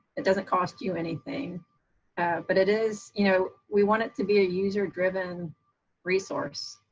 it doesn't cost you anything but it is, you know, we want it to be a user driven resource.